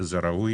זה ראוי